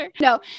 no